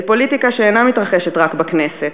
אל פוליטיקה שאינה מתרחשת רק בכנסת.